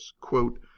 Quote